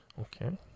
Okay